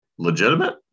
legitimate